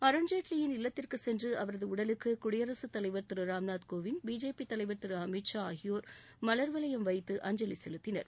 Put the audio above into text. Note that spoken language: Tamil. அருண்ஜேட்லியின் இல்லத்திற்குச் சென்று அவரது உடலுக்கு குடியரசு தலைவர் திரு ராம்நாத் கோவிந்த் பிஜேபி தலைவர் திரு அமித் ஷா ஆகியோர் அஞ்சலி செலுத்தினர்